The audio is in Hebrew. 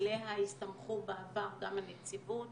שעליה הסתמכו בעבר גם הנציבות